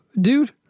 dude